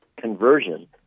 conversion